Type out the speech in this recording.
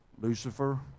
Lucifer